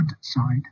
side